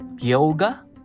yoga